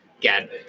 get